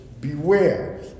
beware